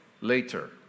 later